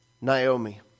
Naomi